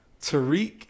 Tariq